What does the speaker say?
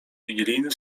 wigilijny